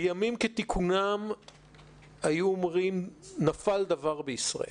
בימים כתיקונם היו אומרים: נפל דבר בישראל.